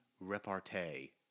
repartee